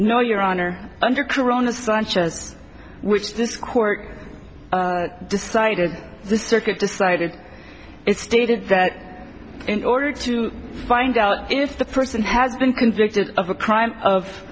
no your honor under corona such as which this court decided the circuit decided it stated that in order to find out if the person has been convicted of a crime of